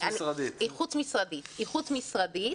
חוץ-משרדית